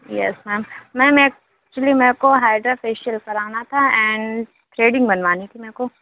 yes ma'am ma'am actually मेको hydra facial कराना था एंड थ्रैडिंग बनवानी थी मेको